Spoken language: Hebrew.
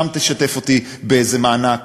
שם תשתף אותי באיזה מענק,